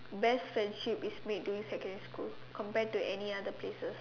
best friendship is made during secondary school compared to any other places